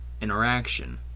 interaction